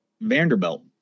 Vanderbilt